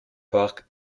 park